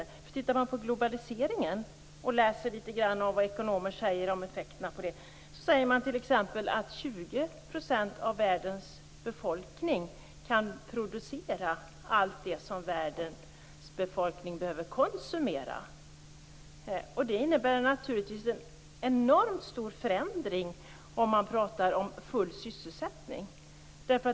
Om man tittar på globaliseringen och läser vad ekonomer säger om effekterna av det, ser vi att t.ex. 20 % av världens befolkning kan producera allt det som världens befolkning behöver konsumera. Det innebär naturligtvis en enormt stor förändring om man pratar om full sysselsättning.